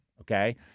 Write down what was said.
okay